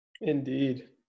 Indeed